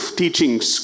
teachings